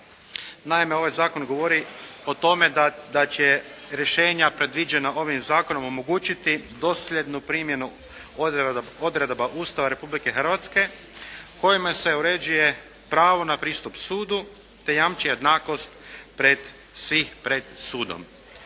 Naime, ovaj zakon govori o tome da će rješenja predviđena ovim zakonom omogućiti dosljednu primjenu odredaba Ustava Republike Hrvatske kojima se uređuje pravo na pristup sudu i jamči jednakost pred, svih pred sudom.